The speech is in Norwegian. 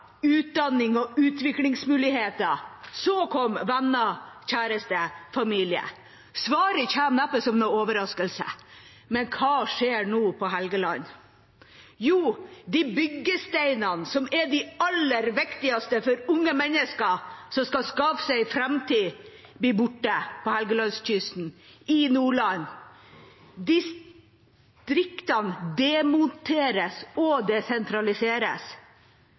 utdanning og utviklingsmuligheter – så kom venner, kjæreste, familie. Svaret kommer neppe som noen overraskelse. Men hva skjer nå på Helgeland? Jo, de byggesteinene som er de aller viktigste for unge mennesker som skal skape seg en framtid, blir borte på Helgelandskysten, i Nordland. Distriktene demonteres og desentraliseres.